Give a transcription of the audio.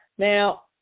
Now